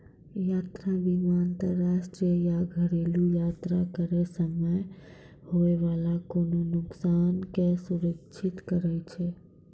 यात्रा बीमा अंतरराष्ट्रीय या घरेलु यात्रा करै समय होय बाला कोनो नुकसानो के सुरक्षित करै छै